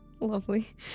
lovely